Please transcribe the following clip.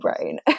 brain